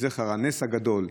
לזכר הנס הגדול.